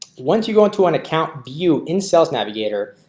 once you go into an account view in sales navigator,